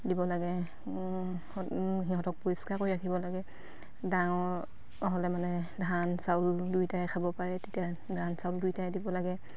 দিব লাগে সিহঁতক পৰিষ্কাৰ কৰি ৰাখিব লাগে ডাঙৰ হ'লে মানে ধান চাউল দুইটাই খাব পাৰে তেতিয়া ধান চাউল দুইটাই দিব লাগে